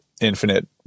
infinite